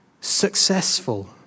successful